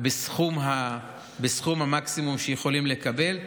בסכום המקסימום שיכולים לקבל.